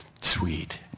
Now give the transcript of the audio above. sweet